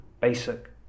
basic